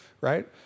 right